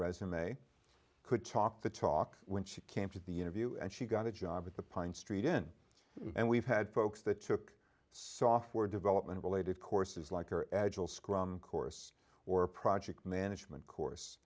resume could talk the talk when she came to the interview and she got a job at the pine street in and we've had folks that took software development related courses like her agile scrum course or a project management course